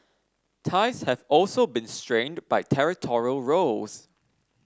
ties have also been strained by territorial rows